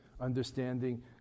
understanding